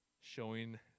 showing